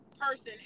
person